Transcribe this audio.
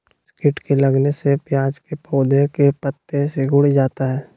किस किट के लगने से प्याज के पौधे के पत्ते सिकुड़ जाता है?